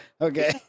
Okay